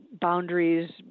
boundaries